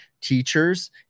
teachers